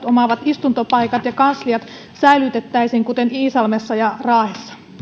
omaavat istuntopaikat ja kansliat säilytettäisiin kuten iisalmessa raahessa ja